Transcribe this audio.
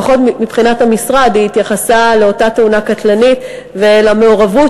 לפחות מבחינת המשרד היא התייחסה לאותה תאונה קטלנית ולמעורבות